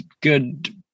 good